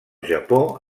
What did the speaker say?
japó